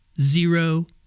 zero